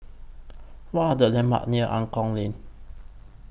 What Are The landmarks near Angklong Lane